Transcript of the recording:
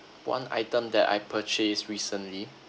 one item that I purchased recently